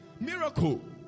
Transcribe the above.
Miracle